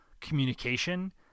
communication